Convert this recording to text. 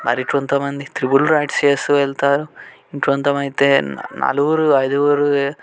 మరి కొంత మంది త్రిపుల్ రైడ్స్ చేస్తూ వెళతారు ఇంకొంచమైతే నలుగురు ఐదుగురు